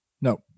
No